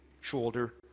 shoulder